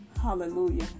Hallelujah